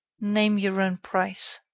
name your own price.